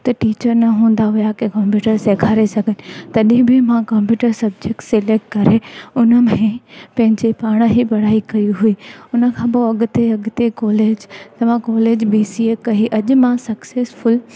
किथे टीचर न हूंदा हुया कि कंप्यूटर सेखारे सघनि तॾहिं बि मां कंप्यूटर सब्जैक्ट सिलैक्ट करे उन में पंहिंजे पाण ई पढ़ाई कई हुई उन खां पोइ अॻिते अॻिते कॉलेज त मां कॉलेज बी सी ए कई अॼु मां सक्सैसफुल